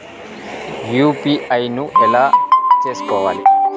UPI ను ఎలా చేస్కోవాలి?